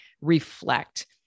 reflect